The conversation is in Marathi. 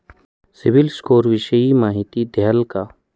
सिबिल स्कोर विषयी माहिती द्याल का?